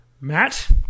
Matt